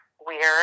Weird